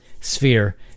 sphere